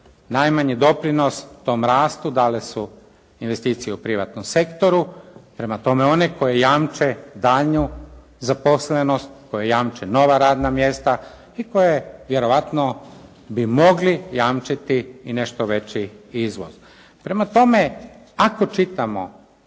najmanji doprinos tom rastu dale su investicije u privatnom sektoru. Prema tome, one koje jamče daljnju zaposlenost, koje jamče nova radna mjesta i koje vjerojatno bi mogli jamčiti i nešto veći izvoz. Prema tome, ako čitamo